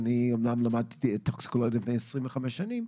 אומנם למדתי טוקסיקולוגיה לפני 25 שנים,